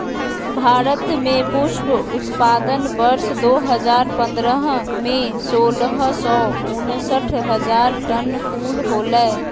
भारत में पुष्प उत्पादन वर्ष दो हजार पंद्रह में, सोलह सौ उनसठ हजार टन फूल होलय